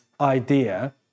idea